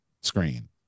screen